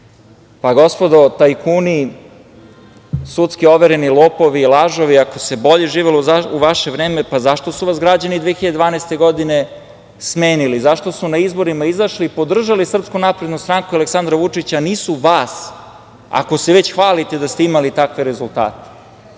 živelo. Gospodo tajkuni, sudski overeni lopovi i lažovi, ako se bolje živelo u vaše vreme, pa zašto su vas građani 2012. godine smenili? Zašto su na izborima izašli i podržali SNS i Aleksandra Vučića, a nisu vas ako se već hvalite da ste imali takve rezultate? Neću